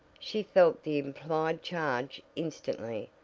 she felt the implied charge instantly,